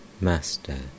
Master